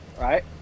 right